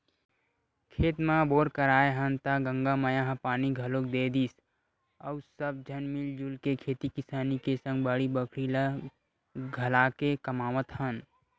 खेत म बोर कराए हन त गंगा मैया ह पानी घलोक दे दिस अउ सब झन मिलजुल के खेती किसानी के सग बाड़ी बखरी ल घलाके कमावत हन